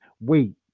Wait